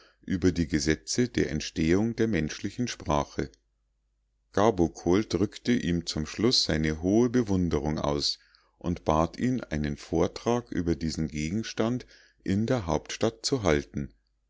über die gesetze der entstehung der menschlichen sprache gabokol drückte ihm zum schluß seine hohe bewunderung aus und bat ihn einen vortrag über diesen gegenstand in der hauptstadt zu halten